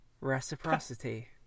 Reciprocity